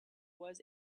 was